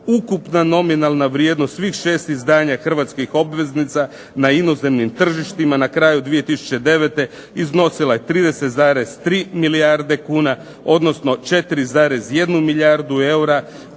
Ukupna nominalna vrijednost svih 6 izdanja hrvatskih obveznica na inozemnim tržištima na kraju 2009. iznosila je 30,3 milijarde kuna, odnosno 4,1 milijardu eura,